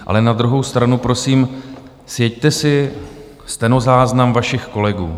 Ale na druhou stranu prosím, sjeďte si stenozáznam vašich kolegů.